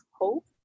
hope